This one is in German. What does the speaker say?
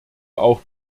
auch